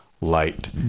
light